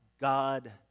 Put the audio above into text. God